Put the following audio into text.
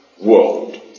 world